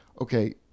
Okay